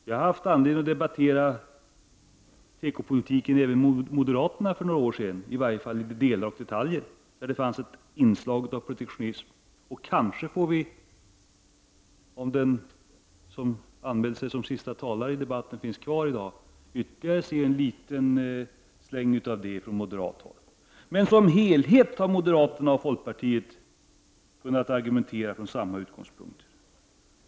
Jag hade anledning att debattera tekopolitiken även med moderaterna för några år sedan, i varje fall i delar och detaljer, där det fanns ett inslag av protektionism. Kanske får vi, om den som anmält sig som sista talare i debatten finns kvar, i dag se ytterligare en liten släng av det från moderat håll. Men som helhet har moderaterna och folkpartiet kunnat argumentera från samma utgångspunkter.